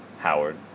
Howard